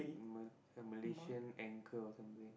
ma~ a Malaysian anchor or something